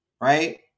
right